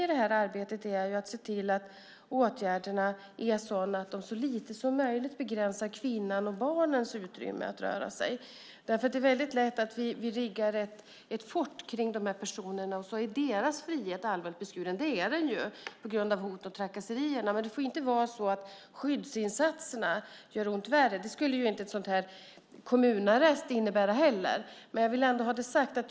I det här arbetet måste vi också se till att åtgärderna är sådana att de så lite som möjligt begränsar kvinnans och barnens utrymme att röra sig. Det är väldigt lätt att vi riggar ett fort kring de här personerna, och så är deras frihet allvarligt beskuren. Det är den ju på grund av hot om trakasserier, men det får inte vara så att skyddsinsatserna gör ont värre. Det skulle inte en sådan här kommunarrest innebära heller, men jag vill ändå ha det sagt.